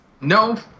No